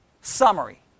Summary